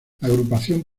agrupación